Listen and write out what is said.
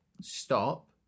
Stop